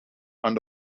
aan